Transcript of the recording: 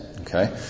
Okay